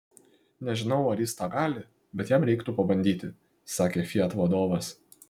nežinau ar jis tą gali bet jam reikėtų pabandyti sakė fiat vadovas